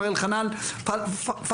מר אלחנן פלהיימר.